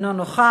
אינו נוכח.